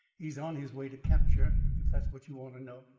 he's on his way to capture if that's what you want to know.